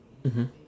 mmhmm